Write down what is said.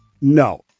no